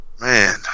Man